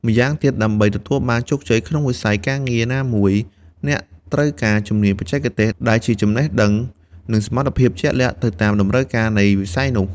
ម៉្យាងទៀតដើម្បីទទួលបានជោគជ័យក្នុងវិស័យការងារណាមួយ អ្នកត្រូវការ ជំនាញបច្ចេកទេស ដែលជា ចំណេះដឹង និងសមត្ថភាពជាក់លាក់ទៅតាមតម្រូវការនៃវិស័យនោះ។